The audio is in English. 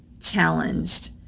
challenged